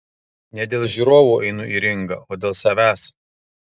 ne dėl žiūrovų einu į ringą o dėl savęs